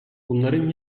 bunların